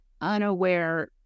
unaware